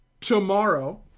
tomorrow